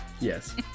Yes